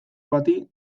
bati